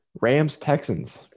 Rams-Texans